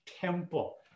temple